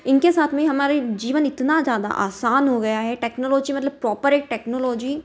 इनके साथ में हमारे जीवन इतना ज़्यादा आसान हो गया है टेक्नोलॉजी मतलब प्रोपर एक टेक्नोलॉजी